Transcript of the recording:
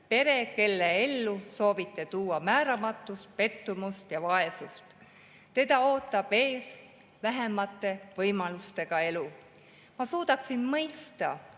Pere, kelle ellu soovite tuua määramatust, pettumust ja vaesust. Teda ootab ees vähemate võimalustega elu. Ma suudaksin mõista,